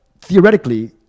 Theoretically